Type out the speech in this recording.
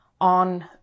on